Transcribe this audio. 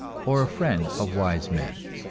or a friend of wise men.